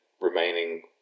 remaining